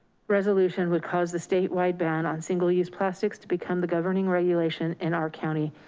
resolution would cause the statewide ban on single use plastics to become the governing regulation in our county.